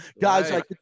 guys